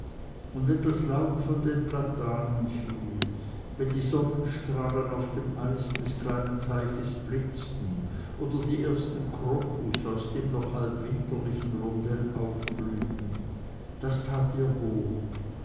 und wenn das laub von den platanen fiel wenn die sonnenstrahlen auf dem eis des kleinen teiches blitzten oder die ersten krokus aus dem noch halb winterlichen rondell aufblühten das tat ihr wohl